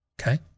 Okay